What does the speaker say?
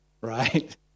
right